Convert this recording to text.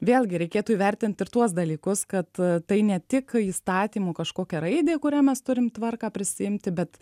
vėlgi reikėtų įvertint ir tuos dalykus kad tai ne tik įstatymų kažkokia raidė kurią mes turim tvarką prisiimti bet